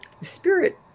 spirit